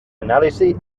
anàlisi